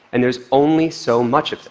and there's only so much of it.